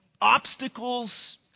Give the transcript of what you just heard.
obstacles